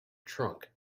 trunk